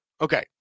Okay